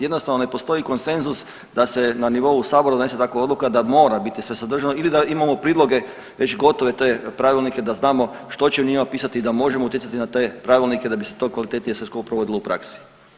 Jednostavno ne postoji konsenzus da se na nivou sabora donese takva odluka da mora biti sve sadržano ili da imamo priloge već gotove te pravilnike da znamo što će u njima pisati i da možemo utjecati na te pravilnike da bi se to kvalitetnije sve skupa provodilo u praksi.